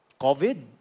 covid